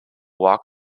walk